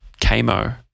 Kamo